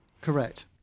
Correct